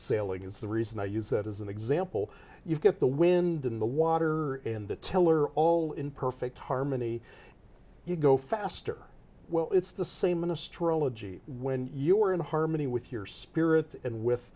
sailing is the reason i use that as an example you've got the wind in the water and the teller all in perfect harmony you go faster well it's the same in astrology when you are in harmony with your spirit and with